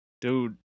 dude